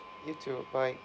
you too bye